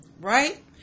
right